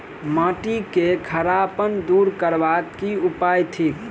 माटि केँ खड़ापन दूर करबाक की उपाय थिक?